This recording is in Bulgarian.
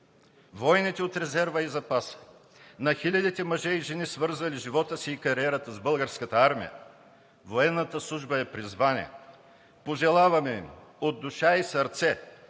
военните от резерва и запаса, на хилядите мъже и жени, свързали живота си и кариерата с Българската армия. Военната служба е призвание. Пожелаваме им от душа и сърце